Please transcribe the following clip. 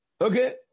Okay